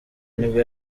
nibwo